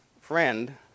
friend